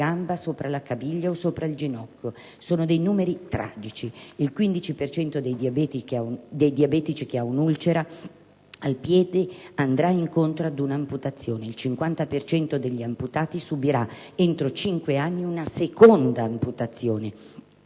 cento dei diabetici che ha un'ulcera ad un piede andrà incontro ad un'amputazione; il 50 per cento degli amputati subirà entro cinque anni una seconda amputazione;